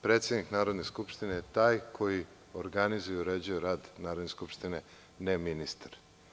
Predsednik Narodne skupštine je taj koji organizuje i uređuje rad Narodne skupštine, ne ministar.